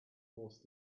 forced